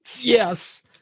Yes